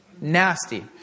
Nasty